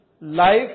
life